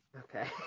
Okay